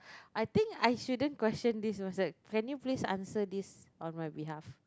I think I shouldn't question this myself can you please answer this on my behalf